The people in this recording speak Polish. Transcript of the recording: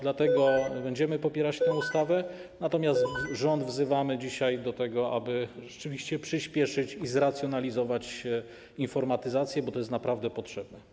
Dlatego będziemy popierać tę ustawę, natomiast rząd wzywamy dzisiaj do tego, aby rzeczywiście przyspieszyć i zracjonalizować informatyzację, bo to jest naprawdę potrzebne.